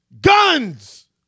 guns